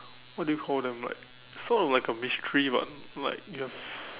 what do you call them like sort of like a mystery but like you have